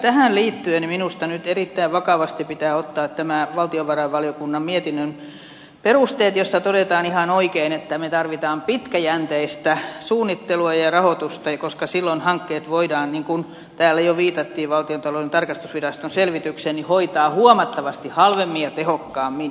tähän liittyen minusta nyt erittäin vakavasti pitää ottaa nämä valtiovarainvaliokunnan mietinnön perusteet joissa todetaan ihan oikein että me tarvitsemme pitkäjänteistä suunnittelua ja rahoitusta koska silloin hankkeet voidaan niin kuin täällä jo viitattiin valtiontalouden tarkastusviraston selvitykseen hoitaa huomattavasti halvemmin ja tehokkaammin